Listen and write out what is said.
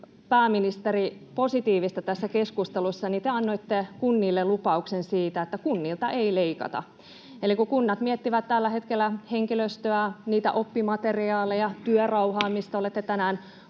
pääministeri, positiivista tässä keskustelussa, että te annoitte kunnille lupauksen siitä, että kunnilta ei leikata. Eli kun kunnat miettivät tällä hetkellä henkilöstöä, oppimateriaaleja, työrauhaa, [Puhemies